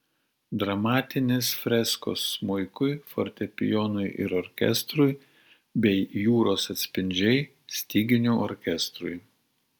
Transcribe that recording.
dramatinės freskos smuikui fortepijonui ir orkestrui bei jūros atspindžiai styginių orkestrui